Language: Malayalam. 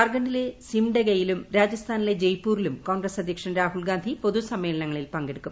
ജാർഖണ്ഡിലെ സിംഡെഗയിലും രാജസ്ഥാനിലെ ജയ്പൂരിലും കോൺഗ്രസ് അധ്യക്ഷൻ രാഹുൽ ഗാന്ധി പൊതുസമ്മേളനങ്ങളിൽ പങ്കെടുക്കും